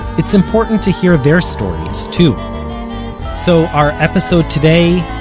it's important to hear their stories too so, our episode today,